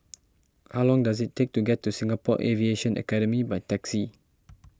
how long does it take to get to Singapore Aviation Academy by taxi